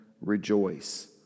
rejoice